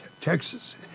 Texas